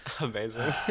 Amazing